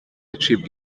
acibwa